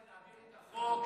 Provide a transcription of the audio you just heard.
במושב הזה נעביר את החוק,